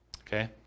Okay